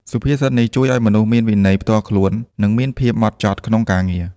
សុភាសិតនេះជួយឱ្យមនុស្សមានវិន័យផ្ទាល់ខ្លួន និងមានភាពហ្មត់ចត់ក្នុងការងារ។